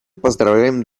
поздравляем